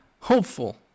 hopeful